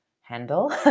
handle